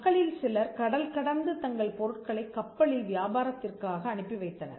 மக்களில் சிலர் கடல்கடந்து தங்கள் பொருட்களை கப்பல்களில் வியாபாரத்திற்காக அனுப்பிவைத்தனர்